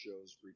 shows